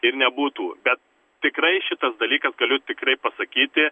ir nebūtų bet tikrai šitas dalykas galiu tikrai pasakyti